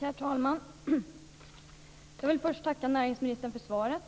Herr talman! Jag vill först tacka näringsministern för svaret.